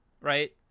right